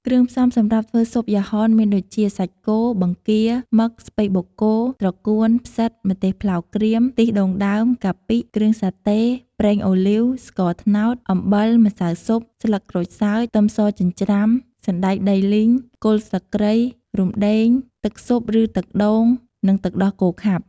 គ្រឿងផ្សំសម្រាប់ធ្វើស៊ុបយ៉ាហនមានដូចជា សាច់គោ បង្គា មឹក ស្ពៃបូកគោ ត្រកួន ផ្សិត ម្ទេសប្លោកក្រៀម ខ្ទិះដូងដើម កាពិ គ្រឿងសាតេ ប្រេងអូលីវ ស្ករត្នោត អំបិល ម្សៅស៊ុប ស្លឹកក្រូចសើច ខ្ទឹមសចិញ្ច្រាំ សណ្តែកដីលីង គល់ស្លឹកគ្រៃ រំដេង ទឹកស៊ុបឬទឹកដូង និងទឹកដោះគោខាប់។